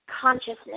consciousness